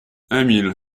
emil